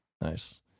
Nice